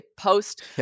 post